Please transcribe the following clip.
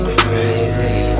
crazy